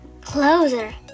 Closer